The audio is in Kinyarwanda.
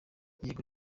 yego